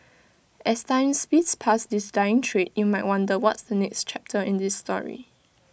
as time speeds past this dying trade you might wonder what's the next chapter in this story